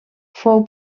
fou